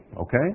Okay